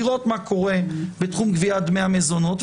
לראות מה קורה בתחום גביית דמי המזונות,